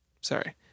sorry